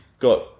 got